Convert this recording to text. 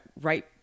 right